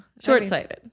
short-sighted